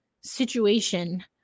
situation